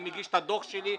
אני מגיש את הדוח שלי,